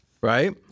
right